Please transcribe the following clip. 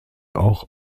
auch